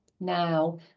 now